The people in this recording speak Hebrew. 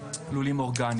לולים אורגניים.